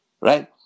Right